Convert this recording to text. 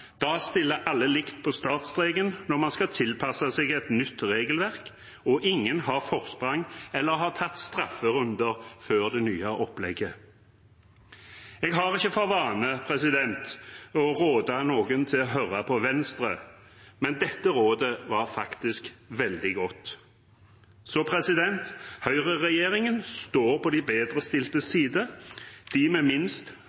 Da stiller alle likt på startstreken når man skal tilpasse seg et nytt regelverk, og ingen har forsprang eller har tatt strafferunder før det nye opplegget.» Jeg har ikke for vane å råde noen til å høre på Venstre, men dette rådet var faktisk veldig godt. Høyreregjeringen står på de bedrestiltes side. De med minst